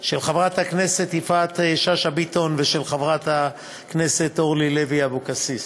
של חברת הכנסת יפעת שאשא ביטון וחברת הכנסת אורלי לוי אבקסיס